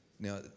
Now